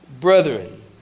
Brethren